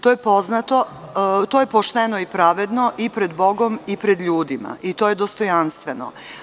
To je pošteno i pravedno i pred bogom i pred ljudima i to je dostojanstveno.